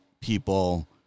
people